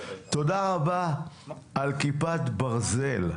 תודה רבה על כיפת ברזל.